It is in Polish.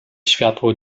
światło